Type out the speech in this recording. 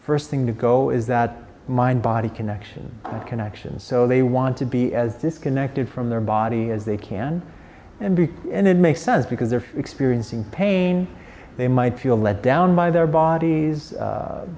first thing to go is that mind body connection connection so they want to be as disconnected from their body as they can and be in and make sense because they're experiencing pain they might feel let down by their bodies